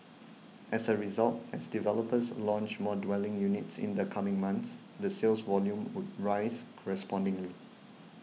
as a result as developers launch more dwelling units in the coming months the sales volume would rise correspondingly